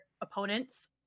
opponent's